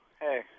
Hey